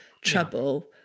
trouble